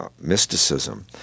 mysticism